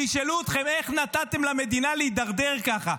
וישאלו אתכם: איך נתתם למדינה להידרדר ככה?